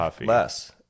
less